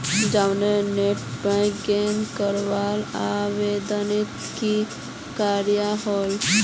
जावेदेर net banking बंद करवार आवेदनोत की कार्यवाही होल?